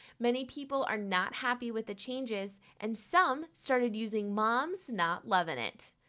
many people are not happy with the changes. and some started using momsnotlovinit.